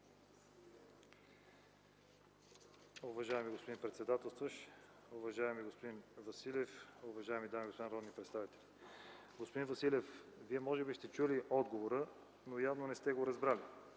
Уважаеми господин председател, уважаеми господин Василев, уважаеми дами и господа народни представители! Господин Василев, Вие може би сте чули отговора, явно не сте го разбрали.